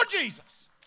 Jesus